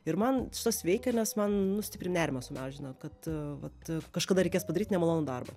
ir man šitas veikia nes man nu stipriai nerimą sumažina kad vat kažkada reikės padaryt nemalonų darbą